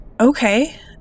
okay